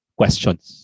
questions